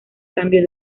cambio